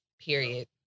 period